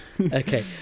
Okay